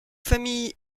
familles